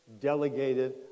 Delegated